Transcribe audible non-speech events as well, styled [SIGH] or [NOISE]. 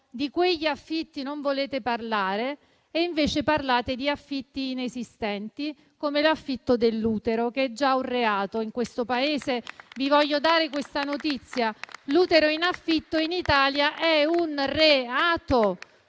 di quegli affitti non volete parlare e invece parlate di affitti inesistenti, come l'affitto dell'utero, che è già un reato in questo Paese. [APPLAUSE] Vi voglio dare questa notizia: l'utero in affitto in Italia è un reato.